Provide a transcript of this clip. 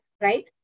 right